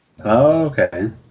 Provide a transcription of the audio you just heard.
Okay